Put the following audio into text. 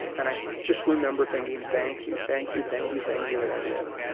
and i just remember thinking, thank you, thank you, thank you, thank you that i lived.